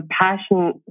passion